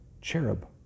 cherub